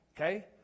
okay